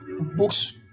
books